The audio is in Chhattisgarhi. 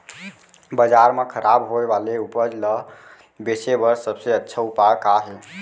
बाजार मा खराब होय वाले उपज ला बेचे बर सबसे अच्छा उपाय का हे?